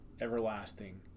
everlasting